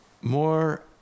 more